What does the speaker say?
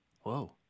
Whoa